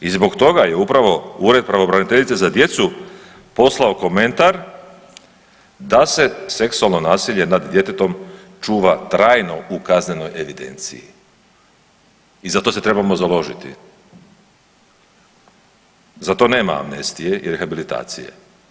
I zbog toga je upravo Ured pravobraniteljice za djecu poslao komentar da se seksualno nasilje nad djetetom čuva trajno u kaznenoj evidenciji i za to se trebamo založiti, za to nema amnestije i rehabilitacije.